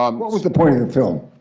um what was the point of the film?